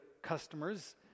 customers